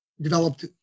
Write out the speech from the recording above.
developed